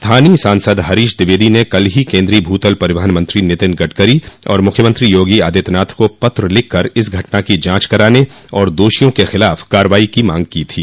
स्थानीय सांसद हरीश द्विवेदी ने कल ही केन्द्रीय भूतल परिवहन मंत्री नितिन गडकरी और मुख्यमंत्री योगी आदित्यनाथ को पत्र लिखकर इस घटना की जांच कराने और दोषियों के खिलाफ कार्यवाई की मांग की थी